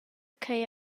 ch’ei